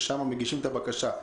ששם מגישים את הבקשה.